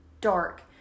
dark